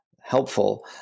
helpful